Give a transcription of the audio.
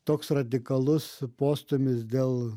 toks radikalus postūmis dėl